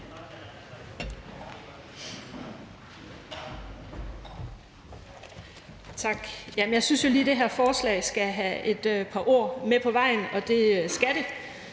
Tak. Jeg synes lige, det her forslag skal have et par ord med på vejen, og det skal det,